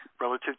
relative